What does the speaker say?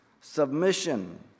Submission